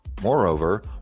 Moreover